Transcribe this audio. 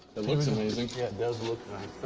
it looks amazing. yeah, it does look nice.